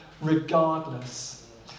regardless